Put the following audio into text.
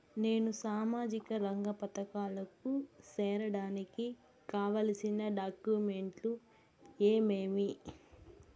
నేను సామాజిక రంగ పథకాలకు సేరడానికి కావాల్సిన డాక్యుమెంట్లు ఏమేమీ?